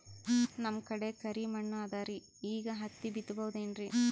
ನಮ್ ಕಡೆ ಕರಿ ಮಣ್ಣು ಅದರಿ, ಈಗ ಹತ್ತಿ ಬಿತ್ತಬಹುದು ಏನ್ರೀ?